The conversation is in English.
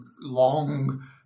long